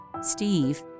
Steve